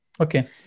Okay